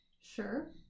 Sure